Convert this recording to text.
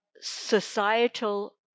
societal